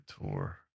tour